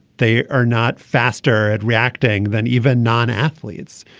they are not faster at reacting than even non athletes.